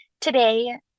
today